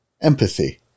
empathy